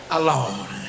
alone